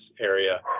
area